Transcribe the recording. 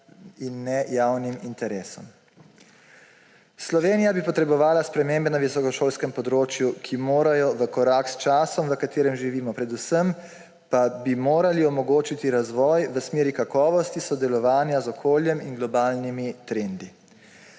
in ne javnim interesom. Slovenija bi potrebovala spremembe na visokošolskem področju, ki morajo v korak s časom, v katerem živimo, predvsem pa bi morali omogočiti razvoj v smeri kakovosti, sodelovanja z okoljem in globalnimi trendi.